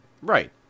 Right